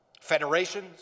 Federations